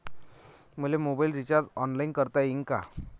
मले mobile recharge online करता येईन का?